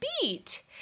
beat